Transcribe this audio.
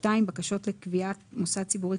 (2) בקשות לקביעת מוסד ציבורי,